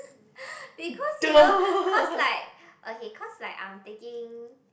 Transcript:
because you know cause like okay cause like I'm taking